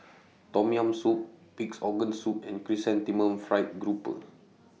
Tom Yam Soup Pig'S Organ Soup and Chrysanthemum Fried Grouper